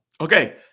Okay